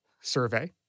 survey